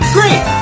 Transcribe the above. Great